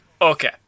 Okay